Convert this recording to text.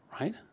Right